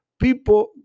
people